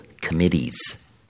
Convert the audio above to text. committees